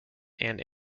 and